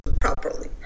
properly